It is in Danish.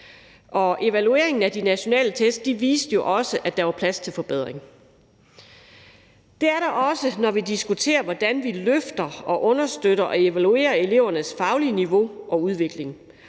Evalueringen af de nationale test viste også, at der var plads til forbedring. Det er der også, når vi diskuterer, hvordan vi løfter, understøtter og evaluerer elevernes faglige niveau og udvikling.